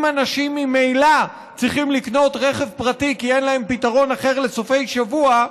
אם אנשים ממילא צריכים לקנות רכב פרטי כי אין להם פתרון אחר לסופי שבוע,